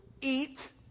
eat